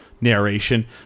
Narration